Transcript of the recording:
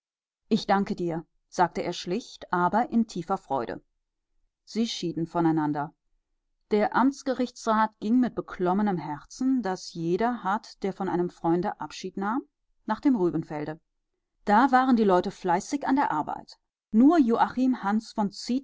ich danke dir sagte er schlicht aber in tiefer freude sie schieden voneinander der amtsgerichtsrat ging mit beklommenem herzen das jeder hat der von einem freunde abschied nahm nach dem rübenfelde da waren die leute fleißig an der arbeit nur joachim hans von